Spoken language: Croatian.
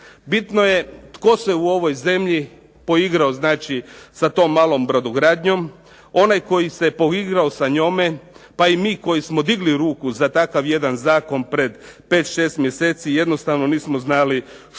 Bitno je tko se u ovoj zemlji poigrao sa tom malom brodogradnjom, onaj koji se poigrao sa njome pa i mi koji smo digli ruku za takav jedan zakon pred 5, 6 mjeseci jednostavno nismo znali što